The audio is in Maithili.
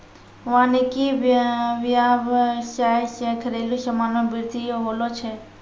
वानिकी व्याबसाय से घरेलु समान मे बृद्धि होलो छै